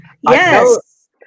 Yes